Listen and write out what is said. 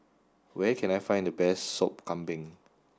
where can I find the best Sop Kambing